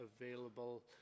available